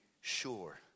sure